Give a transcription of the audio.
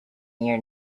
your